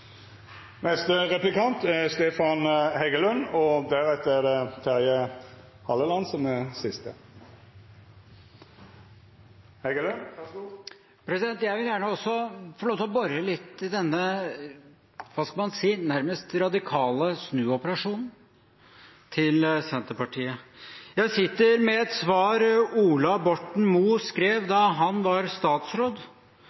Jeg vil gjerne også få lov til å bore litt i denne nærmest radikale snuoperasjonen til Senterpartiet. Jeg sitter med et svar Ola Borten Moe skrev